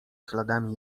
śladami